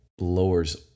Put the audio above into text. lowers